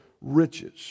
riches